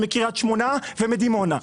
מקריית שמונה ומדימונה,